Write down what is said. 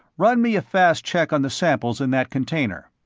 run me a fast check on the samples in that container.